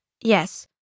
Yes